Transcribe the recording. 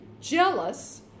jealous